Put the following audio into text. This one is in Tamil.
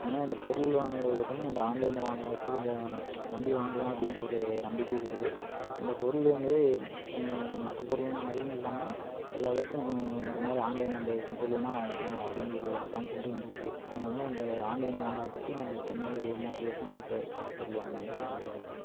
அதனால இந்த பொருள் வாங்குறது பார்த்திங்கன்னா இந்த ஆன்லைனில் வாங்கறத்துக்கு கொஞ்சம் நம்பி வாங்கலாம் அப்படின்ற ஒரு நம்பிக்கை இருக்குது இந்த பொருள் வந்து மற்ற பொருள் மாதிரியும் இல்லாமல் எல்லாத்துக்கும் இந்த மாதிரி ஆன்லைனில் நம்ம எந்த பொருள் வேணுனா வாங்கிக்கலாம் அப்படின்னு ஒரு கான்ஃபிடென்ட்டும் வந்திருக்கு அதனால இந்த ஆன்லைனில் வாங்குறத பற்றி நம்மளுக்கு எந்தவொரு ஒரு மோட்டிவேஷனும் இருக்குது அந்த பொருள் வாங்கினதுல இருந்து எனக்கு